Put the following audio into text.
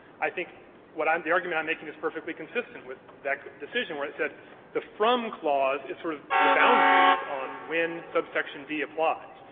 i think what i'm the argument i'm making is perfectly consistent with that decision, where it said the from clause is sort of the boundaries on when subsection d applies.